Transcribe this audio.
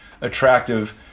attractive